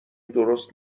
درست